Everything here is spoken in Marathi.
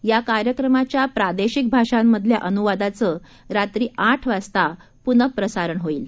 या कार्यक्रमाच्या प्रादेशिक भाषांमधल्या अनुवादाचं रात्री आठ वाजता पुनःप्रसारण केलं जाईल